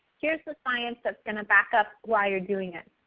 here's the science that's going to back up why you're doing it.